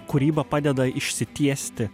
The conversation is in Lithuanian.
kūryba padeda išsitiesti